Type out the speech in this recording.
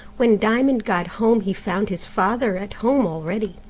when diamond got home he found his father at home already,